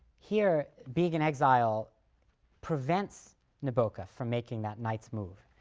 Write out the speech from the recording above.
here, being in exile prevents nabokov from making that knight's move.